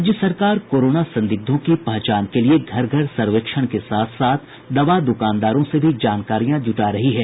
राज्य सरकार कोरोना संदिग्धों की पहचान के लिए घर घर सर्वेक्षण के साथ साथ दवा द्कानदारों से भी जानकारियां जुटा रही है